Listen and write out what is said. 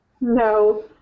no